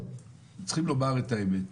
צריך לומר את האמת,